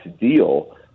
deal